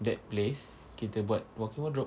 that place kita buat walk-in wardrobe